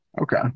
Okay